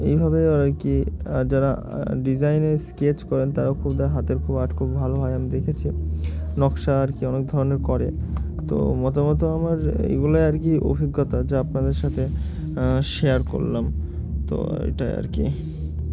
এইভাবেও আর কি যারা ডিজাইনে স্কেচ করেন তারাও খুব দেখ হাতের খুব আর্ট খুব ভালো হয় আমি দেখেছি নকশা আর কি অনেক ধরনের করে তো মতামত আমার এগুলো আর কি অভিজ্ঞতা যা আপনাদের সাথে শেয়ার করলাম তো এটাই আর কি